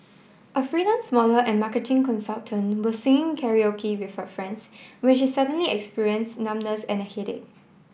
a freelance model and marketing consultant was singing Karaoke with her friends when she suddenly experience numbness and a headache